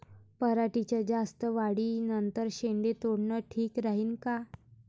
पराटीच्या जास्त वाढी नंतर शेंडे तोडनं ठीक राहीन का?